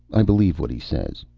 i believe what he says.